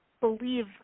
believe